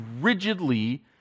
rigidly